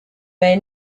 may